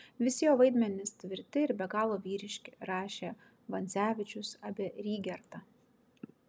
visi jo vaidmenys tvirti ir be galo vyriški rašė vancevičius apie rygertą